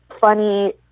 funny